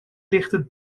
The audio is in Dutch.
lichten